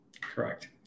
Correct